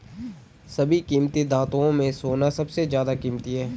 सभी कीमती धातुओं में सोना सबसे ज्यादा कीमती है